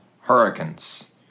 Hurricanes